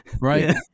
Right